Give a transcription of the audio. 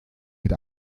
mit